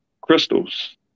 crystals